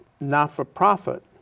not-for-profit